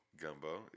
Gumbo